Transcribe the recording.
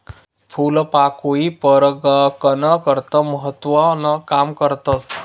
फूलपाकोई परागकन करता महत्वनं काम करस